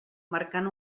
marcant